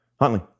Huntley